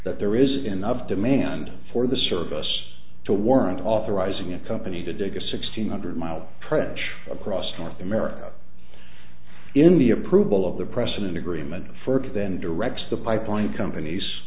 that there is enough demand for the service to warrant authorizing a company to dig a sixteen hundred mile pressure across north america in the approval of the president agreement further then directs the pipeline companies